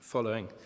following